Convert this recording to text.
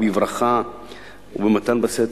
בברכה ובמתן בסתר.